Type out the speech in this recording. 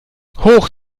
hoch